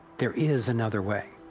there is another way!